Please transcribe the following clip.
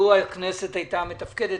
לו הכנסת הייתה מתפקדת,